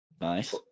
nice